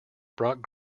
brought